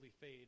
fade